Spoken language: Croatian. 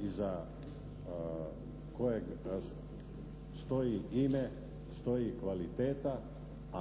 iza kojeg stoji ime, stoji kvaliteta